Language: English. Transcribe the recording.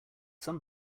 some